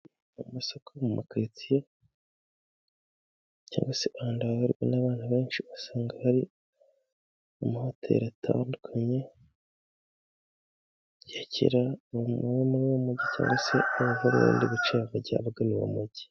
Amasoko mu makaritsiye cyangwa se n'abantu benshi, usanga hari amahoteri atandukanye yakira umwe muri wamujyi cyangwa severundi buci akajya avugana uwomojyi.